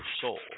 soul